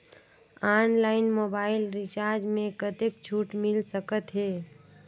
Online mobile recharge मे कतेक छूट मिल सकत हे?